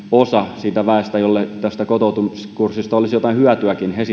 osa siitä väestä jolle tästä kotoutumiskurssista olisi jotain hyötyäkin